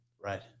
Right